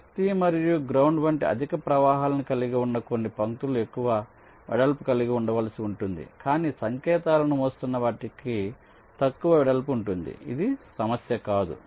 శక్తి మరియు గ్రౌండ్ వంటి అధిక ప్రవాహాలను కలిగి ఉన్న కొన్ని పంక్తులు ఎక్కువ వెడల్పు కలిగి ఉండవలసి ఉంటుంది కాని సంకేతాలను మోస్తున్న వాటికి తక్కువ వెడల్పు ఉంటుంది ఇది సమస్య కాదు